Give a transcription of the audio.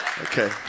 okay